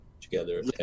together